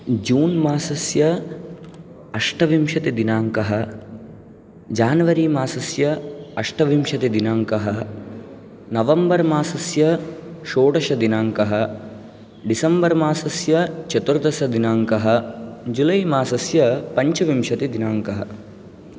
जून् मासस्य अष्टविंशतिदिनाङ्कः जान्वरि मासस्य अष्टविंशतिदिनाङ्कः नवम्बर् मासस्य षोडशदिनाङ्कः डिसेम्बर् मासस्य चतुर्दशदिनाङ्कः जुलै मासस्य पञ्चविंशतिदिनाङ्कः